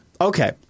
Okay